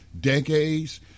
decades